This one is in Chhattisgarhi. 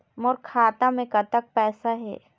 मोर खाता मे कतक पैसा हे?